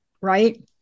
right